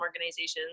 organizations